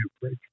break